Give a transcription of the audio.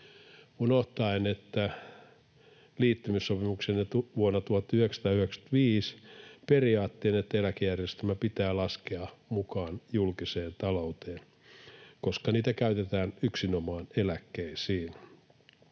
vuoden 1995 liittymissopimuksen periaate, että eläkejärjestelmä pitää laskea mukaan julkiseen talouteen, koska rahastoja käytetään yksinomaan eläkkeisiin